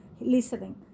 listening